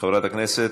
חברת הכנסת,